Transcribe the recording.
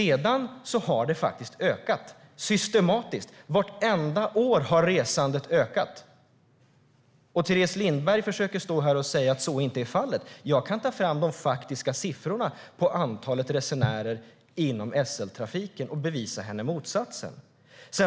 Sedan har resandet faktiskt ökat systematiskt. Vartenda år har resandet ökat. Teres Lindberg säger att så inte är fallet. Jag kan ta fram de faktiska siffrorna på antalet resenärer inom SL-trafiken och bevisa motsatsen för henne.